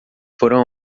foram